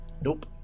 Nope